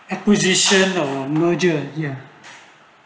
acquisition or merger ya